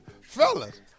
Fellas